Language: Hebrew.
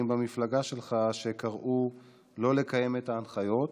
במפלגה שלך שקראו לא לקיים את ההנחיות,